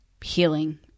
healing